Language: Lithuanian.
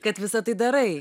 kad visa tai darai